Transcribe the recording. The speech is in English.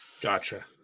Gotcha